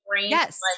Yes